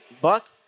Buck